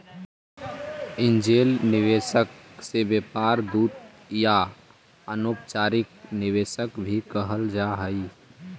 angel निवेशक के व्यापार दूत या अनौपचारिक निवेशक भी कहल जा हई